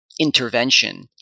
intervention